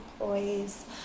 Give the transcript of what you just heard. employees